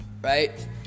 right